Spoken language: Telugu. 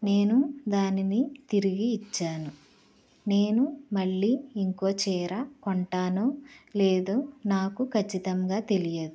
నేను దాన్ని తిరిగి ఇచ్చాను నేను మళ్ళీ ఇంకో చీర కొంటానో లేదో నాకు ఖచ్చితంగా తెలియదు